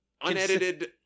unedited